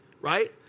right